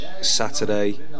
Saturday